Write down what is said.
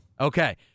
Okay